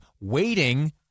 waiting